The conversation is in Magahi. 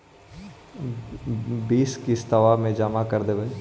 बिस किस्तवा मे जमा कर देवै?